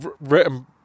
written